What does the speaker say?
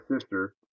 sister